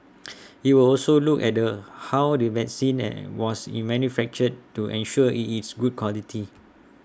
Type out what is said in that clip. IT will also look at the how the vaccine and was manufactured to ensure IT is good quality